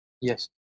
Yes